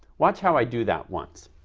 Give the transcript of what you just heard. watch how i do that once.